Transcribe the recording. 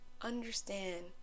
understand